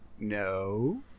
no